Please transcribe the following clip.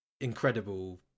incredible